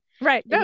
Right